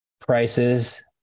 prices